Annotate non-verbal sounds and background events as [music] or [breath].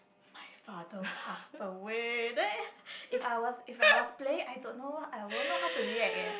my father passed away then [breath] if I was if I was playing I don't know I won't know how to react eh